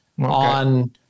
on